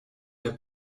der